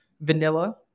vanilla